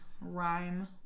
rhyme